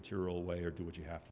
material way or do what you have